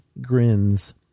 grins